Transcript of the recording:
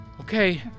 Okay